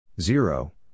Zero